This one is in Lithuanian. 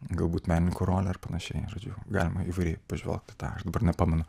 galbūt menininko rolę ar panašiai žodžiu galima įvairiai pažvelgt į tą aš dabar nepamenu